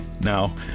Now